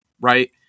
right